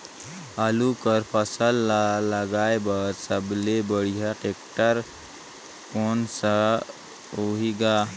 आलू कर फसल ल लगाय बर सबले बढ़िया टेक्टर कोन सा होही ग?